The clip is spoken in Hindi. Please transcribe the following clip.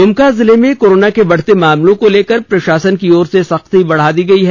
द्मका जिले में कोरोना के बढ़ते मामलों को लेकर प्रशासन की ओर से सख्ती बढ़ा दी गयी है